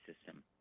system